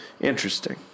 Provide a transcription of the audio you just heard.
Interesting